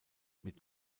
mit